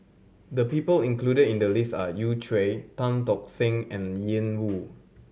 the people included in the list are Yu Tan Tock Seng and Ian Woo